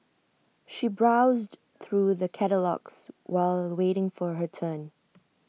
she browsed through the catalogues while waiting for her turn